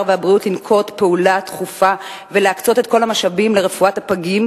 והבריאות לנקוט פעולה דחופה ולהקצות את כל המשאבים לרפואת הפגים,